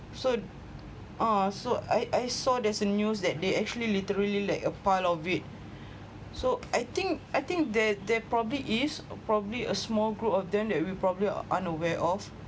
so ah so I I saw there's a news that they actually literally like a pile of it so I think I think they they probably is a probably a small group of them that we probably are unaware of